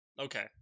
Okay